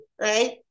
right